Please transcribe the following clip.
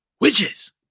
witches